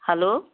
hello